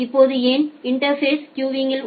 இப்போது என் இன்டா்ஃபேஸ் கியூவில்